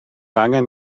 angen